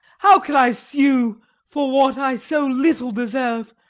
how can i sue for what i so little deserve?